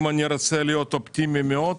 אם אני רוצה להיות אופטימי מאוד,